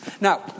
Now